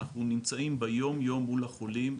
אנחנו נמצאים ביום יום מול החולים,